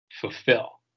fulfill